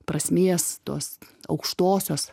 prasmės tos aukštosios